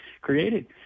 created